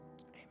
Amen